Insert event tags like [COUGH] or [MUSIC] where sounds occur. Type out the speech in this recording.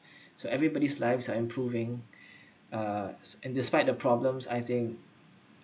[BREATH] so everybody's lives are improving uh and despite the problems I think